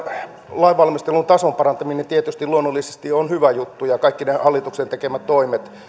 lainvalmistelun tason parantaminen tietysti luonnollisesti on hyvä juttu ja kaikki ne hallituksen tekemät toimet